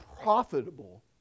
profitable